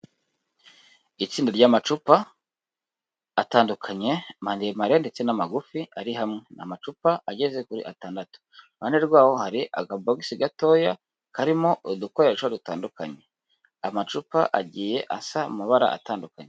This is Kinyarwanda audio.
Itsinda ry'amacupa atandukanye, maremare ndetse n'amagufi ari hamwe, amacupa ageze kuri atandatu. Iruhande rwaho hari agabokisi gatoya karimo udukoresho dutandukanye, amacupa agiye asa amabara atandukanye.